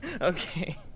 Okay